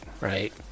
right